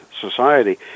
society